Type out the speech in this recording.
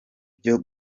byo